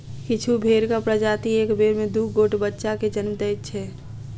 किछु भेंड़क प्रजाति एक बेर मे दू गोट बच्चा के जन्म दैत छै